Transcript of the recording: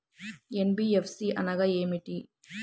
NBFC అనగా ఏమిటీ?